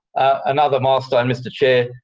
another milestone, mr chair,